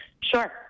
Sure